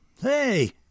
Hey